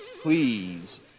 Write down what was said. please